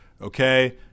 Okay